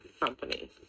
company